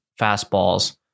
fastballs